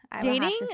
Dating